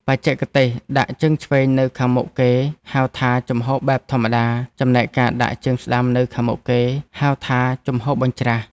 បច្ចេកទេសដាក់ជើងឆ្វេងនៅខាងមុខគេហៅថា ជំហរបែបធម្មតា ចំណែកការដាក់ជើងស្ដាំនៅខាងមុខគេហៅថា ជំហរបញ្ច្រាស។